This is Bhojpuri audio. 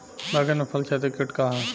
बैंगन में फल छेदक किट का ह?